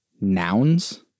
nouns